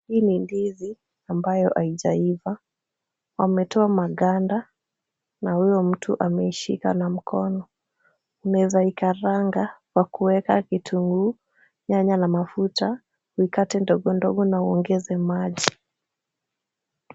Hii ni ndizi ambayo haijaiva. Wametoa maganda na huyo mtu ameishika na mkono. Unaweza ikaranga kwa kuweka kitunguu, nyanya na na mafuta, uikate ndogo ndogo na uongeze maji.